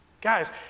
Guys